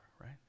right